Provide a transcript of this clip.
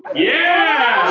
yeah!